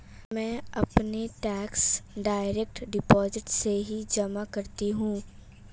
मैं अपने taxes direct deposit से ही जमा करती हूँ